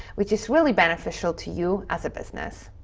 which is really beneficial to you as a business.